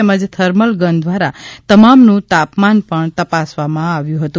તેમજ thermal gun દ્વારા તમામનું તાપમાન પણ તપાસવામાં આવ્યું હતુ